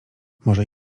może